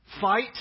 Fight